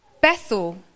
Bethel